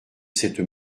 cette